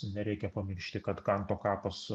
nereikia pamiršti kad kanto kapas